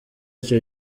ico